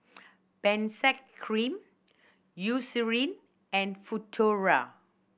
Benzac Cream Eucerin and Futuro